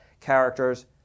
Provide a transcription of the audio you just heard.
characters